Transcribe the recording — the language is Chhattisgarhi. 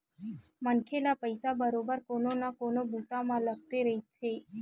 मनखे ल पइसा बरोबर कोनो न कोनो बूता म लगथे रहिथे